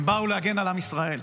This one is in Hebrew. הם באו להגן על עם ישראל.